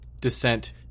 descent